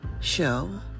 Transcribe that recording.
show